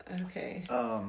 okay